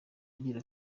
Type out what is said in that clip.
agira